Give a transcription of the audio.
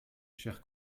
cher